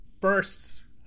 first